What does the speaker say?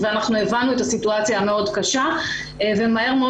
הבנו את הסיטואציה הקשה מאוד ומהר מאוד